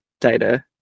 data